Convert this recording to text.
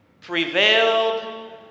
prevailed